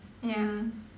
ya